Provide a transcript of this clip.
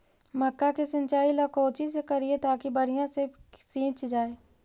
मक्का के सिंचाई ला कोची से करिए ताकी बढ़िया से सींच जाय?